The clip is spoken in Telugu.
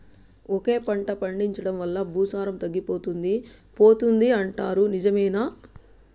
ఒకే పంట పండించడం వల్ల భూసారం తగ్గిపోతుంది పోతుంది అంటారు నిజమేనా